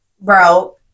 Bro